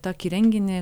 tokį renginį